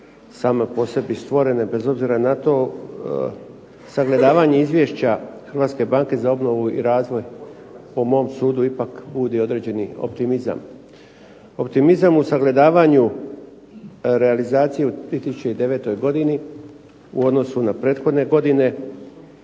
same po sebi stvorene bez obzira na to sagledavanje izvješća HBOR-a po mom sudu ipak budi određeni optimizam. Optimizam u sagledavanju realizacije u 2009. godini u odnosu na prethodne godine